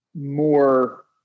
more